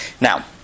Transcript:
Now